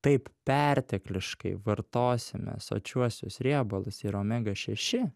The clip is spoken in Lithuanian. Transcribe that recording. taip pertekliškai vartosime sočiuosius riebalus ir omega šeši